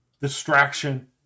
distraction